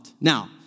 Now